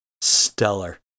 stellar